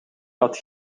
dat